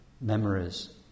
memories